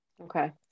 okay